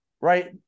right